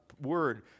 word